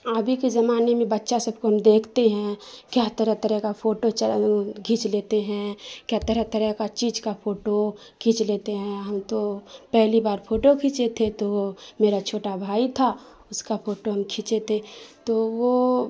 ابھی کے زمانے میں بچہ سب کو ہم دیکھتے ہیں کیا طرح طرح کا فوٹو کھینچ لیتے ہیں کیا طرح طرح کا چیز کا فوٹو کھینچ لیتے ہیں ہم تو پہلی بار پھوٹو کھینچے تھے تو میرا چھوٹا بھائی تھا اس کا پھوٹو ہم کھینچے تھے تو وہ